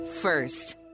first